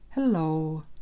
Hello